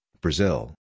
Brazil